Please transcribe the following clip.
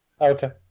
Okay